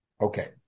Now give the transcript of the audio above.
Okay